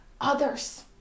others